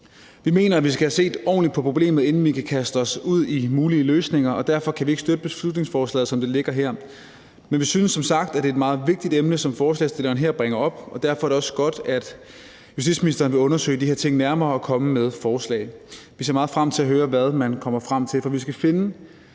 Vi mener, at vi skal have set ordentligt på problemet, inden vi kan kaste os ud i mulige løsninger, og derfor kan vi ikke støtte beslutningsforslaget, som det ligger her. Men vi synes som sagt, at det er et meget vigtigt emne, som forslagsstillerne her bringer op, og at det derfor også er godt, at justitsministeren vil undersøge de her ting nærmere og komme med forslag. Vi ser meget frem til at høre, hvad man kommer frem til. For vi skal finde